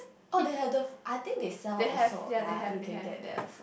oh they have the I think they sell also ya you can get that